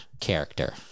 character